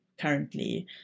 currently